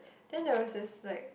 then there was this like